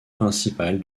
principale